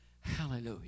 Hallelujah